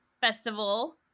Festival